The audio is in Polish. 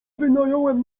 wynająłem